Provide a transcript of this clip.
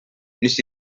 wnes